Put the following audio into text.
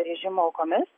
režimo aukomis